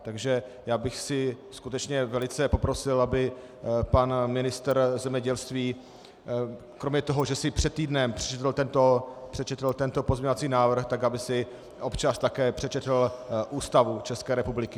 Takže bych si skutečně velice poprosil, aby pan ministr zemědělství kromě toho, že si před týdnem přečetl tento pozměňovací návrh, tak aby si občas také přečetl Ústavu České republiky.